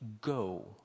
go